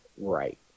Right